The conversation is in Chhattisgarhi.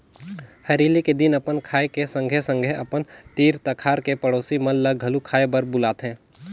हरेली के दिन अपन खाए के संघे संघे अपन तीर तखार के पड़ोसी मन ल घलो खाए बर बुलाथें